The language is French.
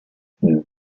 deux